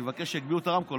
אני מבקש שיגבירו את הרמקול.